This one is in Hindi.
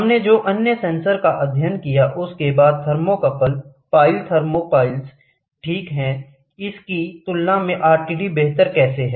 हमने जो अन्य सेंसर का अध्ययन किया उसके बाद थर्मोकपल पाइल थर्मोपाइल्स ठीक है इसकी तुलना में आरटीडी बेहतर कैसे है